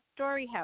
StoryHouse